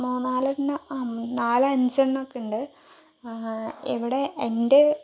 മൂന്നാലെണ്ണം നാല് അഞ്ചെണ്ണം ഒക്കെയുണ്ട് ഇവിടെ എൻ്റെ